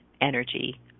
energy